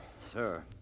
Sir